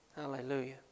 Hallelujah